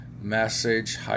message